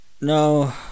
No